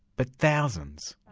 but thousands?